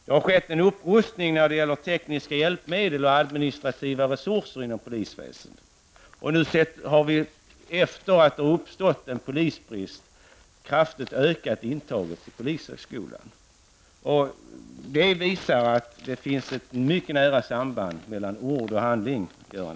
Det har skett en upprustning av tekniska hjälpmedel och adminstrativa resurser inom polisväsendet. Efter det att det uppstod en polisbrist har vi kraftigt ökat intagningen till polishögskolan. Det visar att det finns ett mycket nära samband mellan ord och handling, Göran